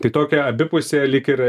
tai tokia abipusė lyg ir